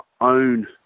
own